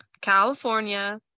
California